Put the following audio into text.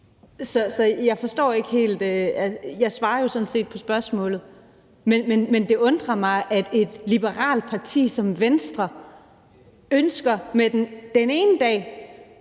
jeg forstår det ikke helt, for jeg svarer jo sådan set på spørgsmålet. Men det undrer mig, at et liberalt parti som Venstre den ene dag